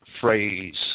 phrase